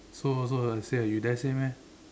so so say like you dare say meh